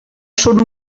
són